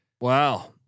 Wow